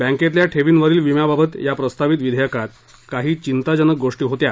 बँकेतल्या ठेवींवरील विम्याबाबत या प्रस्तावित विधेयकात काही चिंताजनक गोष्टी होत्या